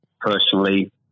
personally